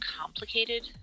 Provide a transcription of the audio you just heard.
complicated